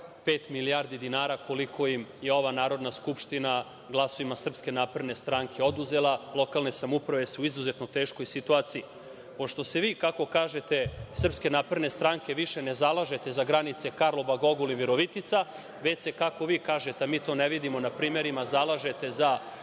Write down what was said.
milijardi dinara, koliko im je ova Narodna skupština glasovima SNS oduzela. Lokalne samouprave su u izuzetno teškoj situaciji. Pošto se vi, kako kažete iz SNS, više ne zalažete za granice Karlobag – Ogulin - Virovitica, već se, kako vi kažete, a mi to ne vidimo na primerima, zalažete za